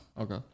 Okay